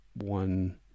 one